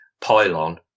pylon